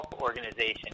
Organization